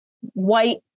white